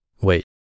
Wait